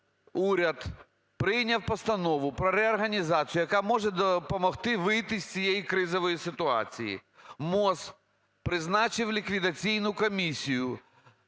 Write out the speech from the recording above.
уряд прийняв постанову про реорганізацію, яка може допомогти вийти з цієї кризової ситуації. МОЗ призначив ліквідаційну комісію,